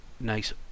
nice